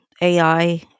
AI